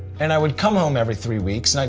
and i would come home every three weeks,